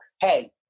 hey